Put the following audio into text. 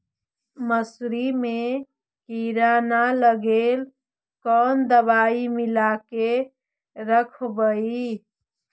मसुरी मे किड़ा न लगे ल कोन दवाई मिला के रखबई?